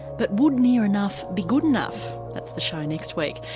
but would near enough be good enough? that's the show next week.